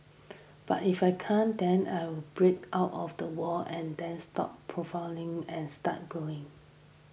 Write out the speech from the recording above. but if I can't then I will break out of the wall and then stop and start growing